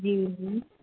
जी जी